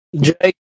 jake